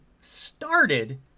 started